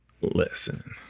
Listen